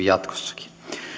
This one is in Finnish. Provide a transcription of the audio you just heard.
jatkossakin